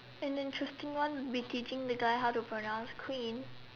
and interesting one would be teaching the guy how to pronounce queen